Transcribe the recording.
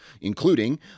including